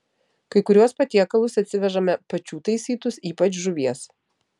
kai kuriuos patiekalus atsivežame pačių taisytus ypač žuvies